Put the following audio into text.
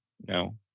no